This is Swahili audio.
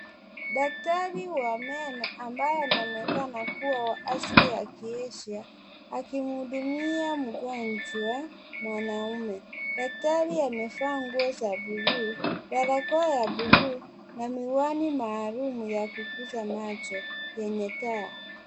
Daktari wa meno ambaye anaonekana kuwa wa asri ya kiashia akimhudumia mgonjwa mwanaume, daktari amevaa nguo za bulu, barakoa ya bulu, na miwani maalum ya kukuza macho yenye taa.